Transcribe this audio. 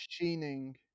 machining